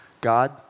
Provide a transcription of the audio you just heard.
God